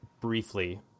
briefly